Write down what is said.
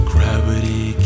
Gravity